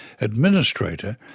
Administrator